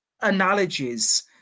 analogies